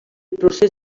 procés